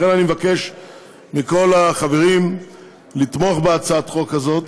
לכן אני מבקש מכל החברים לתמוך בהצעת החוק הזאת,